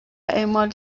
اعمال